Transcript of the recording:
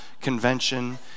Convention